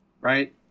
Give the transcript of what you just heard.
Right